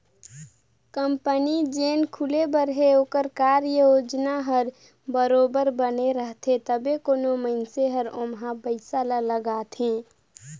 company जेन खुले बर हे ओकर कारयोजना हर बरोबेर बने रहथे तबे कोनो मइनसे हर ओम्हां पइसा ल लगाथे